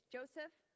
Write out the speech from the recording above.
Joseph